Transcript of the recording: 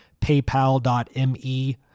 paypal.me